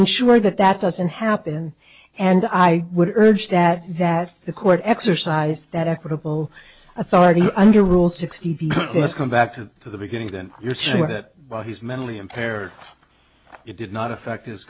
ensure that that doesn't happen and i would urge that that the court exercise that equitable authority under rule sixty b let's come back to the beginning then you're saying that he's mentally impaired it did not affect his